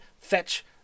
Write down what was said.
fetch